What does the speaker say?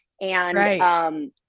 And-